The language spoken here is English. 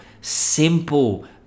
simple